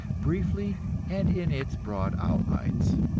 briefly and in its broad outlines.